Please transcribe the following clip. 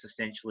existentially